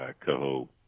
coho